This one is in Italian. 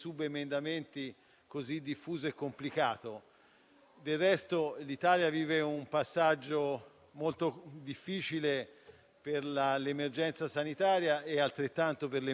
personalmente, come tutto il mio Gruppo, ma credo forse tutta l'Assemblea, vivo con grande difficoltà un certo tipo di processo normativo,